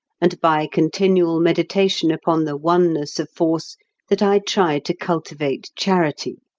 and by continual meditation upon the oneness of force that i try to cultivate charity,